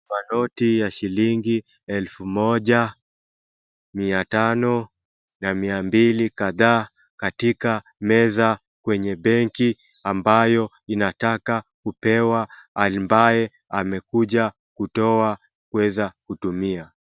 Manoti ya shilingi elfu moja, mia tano na mia mbili kadhaa katika meza kwenye benki ambayo inataka kupewa ambaye amekuja kutoa kueza kutumia.